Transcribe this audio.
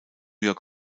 york